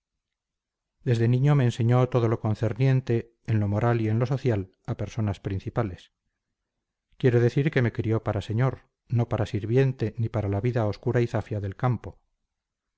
desde niño me enseñó todo lo concerniente en lo moral y en lo social a personas principales quiero decir que me crió para señor no para sirviente ni para la vida oscura y zafia del campo